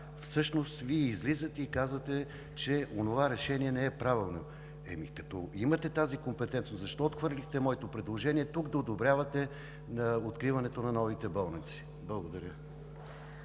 всъщност Вие излизате и казвате, че онова решение не е правилно. Ами като имате тази компетентност, защо отхвърлихте моето предложение тук да одобрявате откриването на новите болници? Благодаря